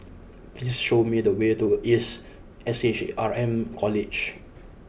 please show me the way to Ace S H R M College